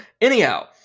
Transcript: Anyhow